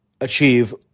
achieve